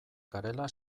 garela